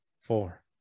four